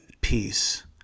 peace